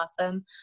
awesome